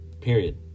Period